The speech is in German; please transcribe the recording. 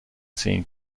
zehn